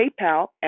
PayPal